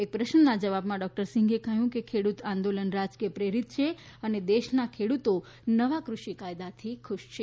એક પ્રશ્નના જવાબમાં ડોકટર સિંઘે કહ્યું કે ખેડૂત આંદોલન રાજકીય પ્રેરીત છે અને દેશના ખેડૂતો નવા કૃષિ કાયદાથી ખુશ છે